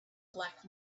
black